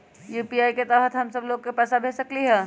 UPI के तहद हम सब लोग को पैसा भेज सकली ह?